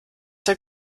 der